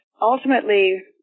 ultimately